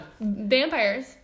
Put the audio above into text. Vampires